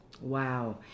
Wow